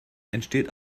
entsteht